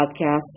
podcasts